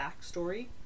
backstory